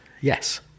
Yes